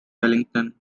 wellington